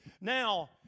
Now